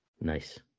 Nice